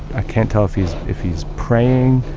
i can't tell if he's if he's praying.